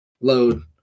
load